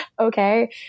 okay